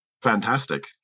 fantastic